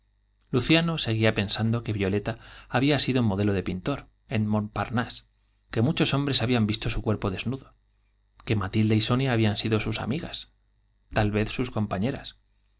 luciano seguía pensando que violeta había sido modelo de pintor en montparnasse que muchos hombres habían visto su cuerpo desnudo que matilde y sonia habían sido sus amigas tal vez sus compa